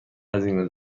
هزینه